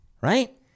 Right